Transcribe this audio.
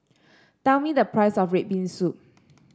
tell me the price of red bean soup